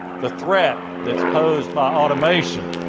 the threat that's posed by automation,